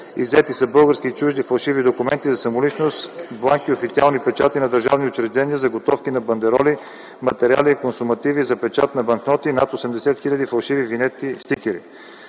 иззети са български и чужди фалшиви документи за самоличност, бланки, официални печати на държавни учреждения, заготовки на бандероли, материали и консумативи за печат на банкноти, над 80 хил. фалшиви винетки и стикери;